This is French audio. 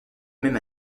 même